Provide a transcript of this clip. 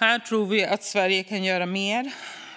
Vi tror att Sverige kan göra mer